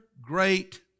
great